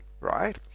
right